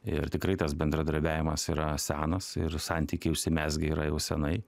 ir tikrai tas bendradarbiavimas yra senas ir santykiai užsimezgę yra jau senai